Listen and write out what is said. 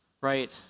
right